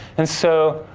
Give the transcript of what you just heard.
and so,